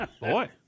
boy